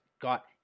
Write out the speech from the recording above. got